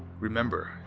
remember,